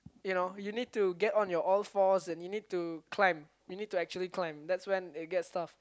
you know you need to get on your all fours and you need to climb you need to actually climb that's when it gets tough